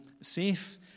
safe